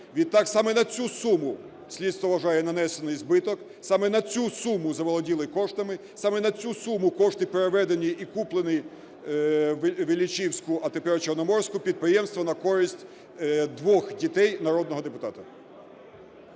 Відтак саме на цю суму, слідство вважає, нанесений збиток, саме на цю суму заволоділи коштами, саме на цю суму кошти переведені і куплене в Іллічівську, а тепер Чорноморську, підприємство на користь двох дітей народного депутата.